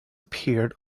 appeared